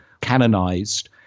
canonized